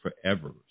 forever